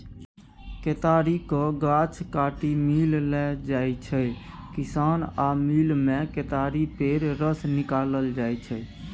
केतारीक गाछ काटि मिल लए जाइ छै किसान आ मिलमे केतारी पेर रस निकालल जाइ छै